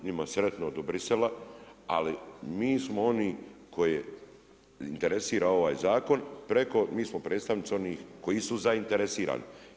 Njima sretno do Bruxellesa, ali mi smo oni koje interesira ovaj zakon, preko, mi smo predstavnici onih koji su zainteresirani.